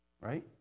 right